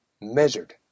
measured